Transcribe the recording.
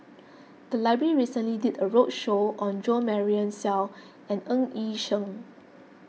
the library recently did a roadshow on Jo Marion Seow and Ng Yi Sheng